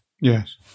yes